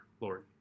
Lord